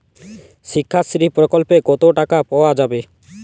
শিক্ষাশ্রী প্রকল্পে কতো টাকা পাওয়া যাবে?